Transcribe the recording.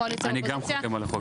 קואליציה-קואליציה,